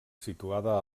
situada